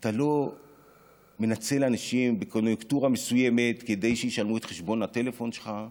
אתה לא מנצל אנשים בקוניונקטורה מסוימת כדי שישלמו את חשבון הטלפון שלך,